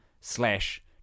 slash